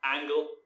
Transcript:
angle